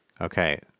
Okay